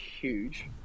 huge